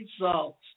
results